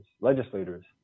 legislators